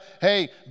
hey